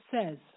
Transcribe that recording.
says